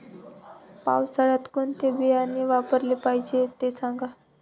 पावसाळ्यात कोणते बियाणे वापरले पाहिजे ते सांगा